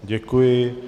Děkuji.